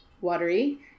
watery